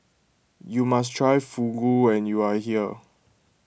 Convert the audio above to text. you must try Fugu when you are here